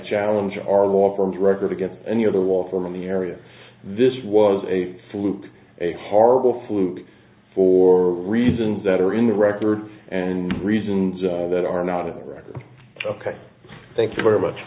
challenge our law firms record to get any other war from in the area this was a fluke a horrible fluke for reasons that are in the record and reasons that are not in the record ok thank you very much